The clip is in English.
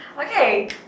Okay